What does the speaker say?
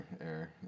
air